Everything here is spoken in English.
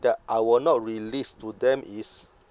that I will not release to them is